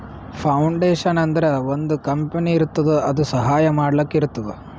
foundation ಅಂದುರ್ ಒಂದ್ company ಇರ್ತುದ್ ಅದು ಸಹಾಯ ಮಾಡ್ಲಕ್ ಇರ್ತುದ್